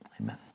Amen